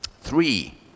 Three